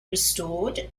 restored